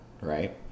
right